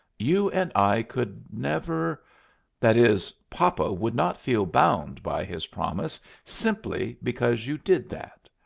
you and i could never that is papa would not feel bound by his promise simply because you did that.